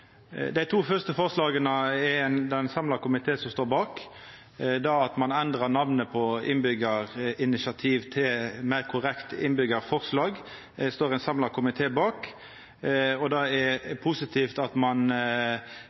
Dei to fyrste forslaga er det ein samla komité som står bak. Det at ein endrar «innbyggjarinitiativ» til meir korrekt «innbyggjarforslag», står ein samla komité bak. Det er positivt at ein